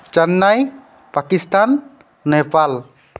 Chennai Pakistan Nepal